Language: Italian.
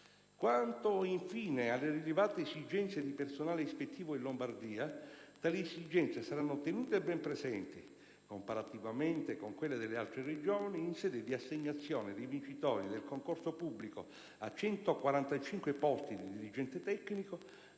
Quanto, infine, alle rilevate esigenze di personale ispettivo in Lombardia, tali esigenze saranno tenute ben presenti, comparativamente con quelle delle altre Regioni, in sede di assegnazione dei vincitori del concorso pubblico a 145 posti di dirigente tecnico,